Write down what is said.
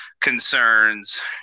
concerns